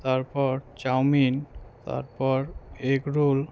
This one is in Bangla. তারপর চাউমিন তারপর এগ রোল